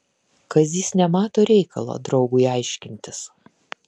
kazys nemato reikalo draugui aiškintis